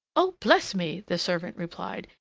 oh! bless me! the servant replied,